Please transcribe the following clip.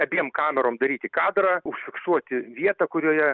abiem kamerom daryti kadrą užfiksuoti vietą kurioje